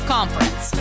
Conference